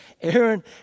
Aaron